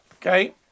Okay